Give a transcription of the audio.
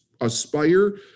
aspire